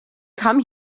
come